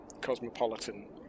cosmopolitan